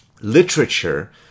literature